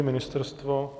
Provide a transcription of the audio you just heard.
Ministerstvo?